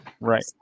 Right